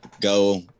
go